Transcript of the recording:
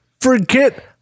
Forget